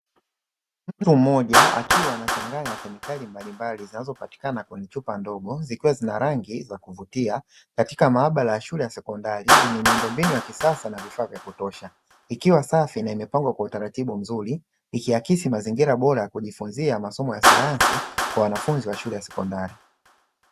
Mtu mmoja akiwa anachanganya kemikali mbalimbali zinazopatikana kwenye chupa ndogo, zikiwa zina rangi za kuvutia katika maabara ya shule ya sekondari yenye miundombinu ya kisasa na vifaa vya kutosha, ikiwa safi na imepangwa kwa utaratibu mzuri ikiakisi mazingira bora ya kujifunzia masomo ya sayansi, kwa wanafunzi wa shule ya sekondari.